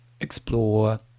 explore